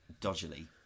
dodgily